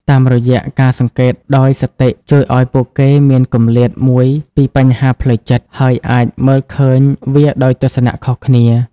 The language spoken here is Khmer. តាមរយៈការសង្កេតដោយ សតិជួយឱ្យពួកគេមានគម្លាតមួយពីបញ្ហាផ្លូវចិត្ត ហើយអាចមើលឃើញវាដោយទស្សនៈខុសគ្នា។